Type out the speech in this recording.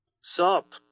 Sup